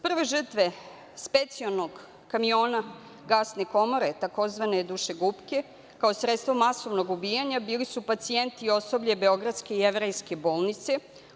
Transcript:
Prve žrtve specijalnog kamiona gasne komore, tzv. „Dušegupke“, kao sredstvo masovnog ubijanja bili su pacijenti i osoblje beogradske jevrejske bolnice.